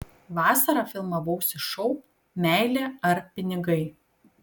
vasarą filmavausi šou meilė ar pinigai